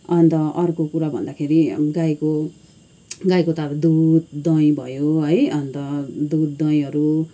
अन्त अर्को कुरा भन्दाखेरि गाईको गाईको त अब दुध दही भयो है अन्त दुध दहीहरू